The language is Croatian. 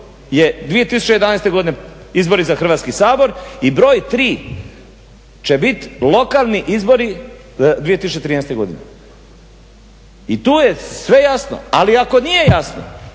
je 2011. godine izbori za Hrvatski sabor i broj tri će biti lokalni izbori 2013. godine. I tu je sve jasno. Ali ako nije jasno,